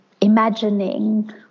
imagining